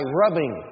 rubbing